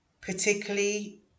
particularly